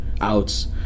outs